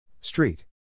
Street